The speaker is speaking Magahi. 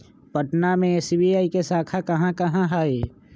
पटना में एस.बी.आई के शाखा कहाँ कहाँ हई